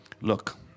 Look